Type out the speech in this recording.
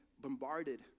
bombarded